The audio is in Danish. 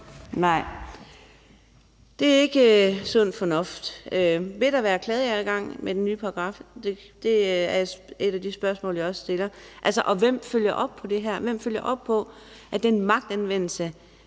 Nej. Det er ikke sund fornuft. Vil der være klageadgang med den nye paragraf? Det er et af de spørgsmål, jeg også stiller. Og hvem følger op på det her? Hvem følger op på, at den magtanvendelse,